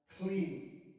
clean